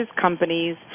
companies